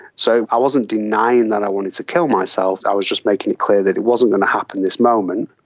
so i wasn't denying that i wanted to kill myself, i was just making it clear that it wasn't going to happen this moment,